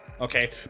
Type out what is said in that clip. okay